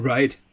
Right